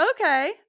Okay